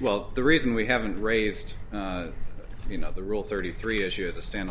well the reason we haven't raised you know the rule thirty three issue is a stand